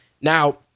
Now